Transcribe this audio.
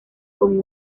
con